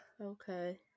okay